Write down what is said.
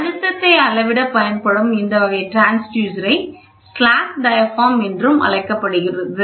அழுத்தத்தை அளவிடப் பயன்படும் இந்த வகை டிரான்ஸ்யூசரை ஸ்லாக் டயாபிராம் என்றும் அழைக்கப்படுகிறது